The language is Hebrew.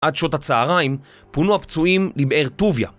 עד שעות הצהריים פונו הפצועים לבאר טוביה